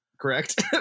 correct